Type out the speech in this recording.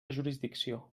jurisdicció